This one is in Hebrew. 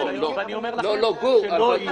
ואני אומר לכם שלא היא.